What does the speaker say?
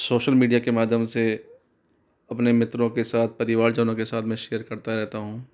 social media के माध्यम से अपने मित्रों के साथ परिवार जनों के साथ में शेयर करता रहता हूँ